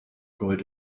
gold